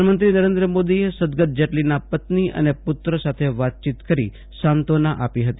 પ્રધાનમંત્રી નરેન્દ્ર મોદીએ સદગત જેટલીના પત્નિ અને પુત્ર સાથે વાતચીત કરી સાંત્વના આપી હતી